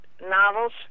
novels